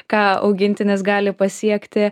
ką augintinis gali pasiekti